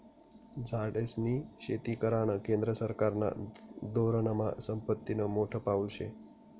झाडेस्नी शेती करानं केंद्र सरकारना धोरनमा संपत्तीनं मोठं पाऊल शे